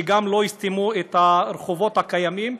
שגם לא יסתמו את הרחובות הקיימים.